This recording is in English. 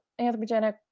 anthropogenic